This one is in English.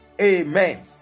Amen